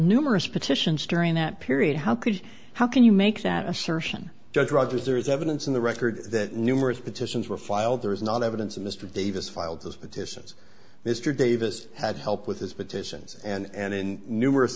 numerous petitions during that period how could how can you make that assertion judge rogers there is evidence in the record that numerous petitions were filed there is not evidence mr davis filed those petitions mr davis had help with his petitions and in numerous